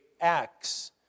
acts